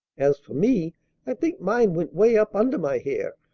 as for me i think mine went way up under my hair.